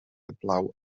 heblaw